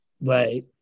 Right